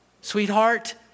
Sweetheart